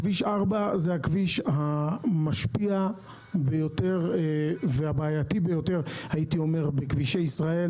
כביש 4 הוא הכביש המשפיע ביותר והבעייתי ביותר בכבישי ישראל.